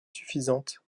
suffisante